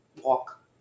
walk